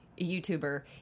YouTuber